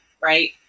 right